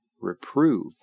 reprove